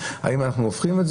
כמה מתוכם הם תיקונים?